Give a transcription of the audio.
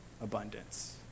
abundance